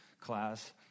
class